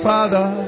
Father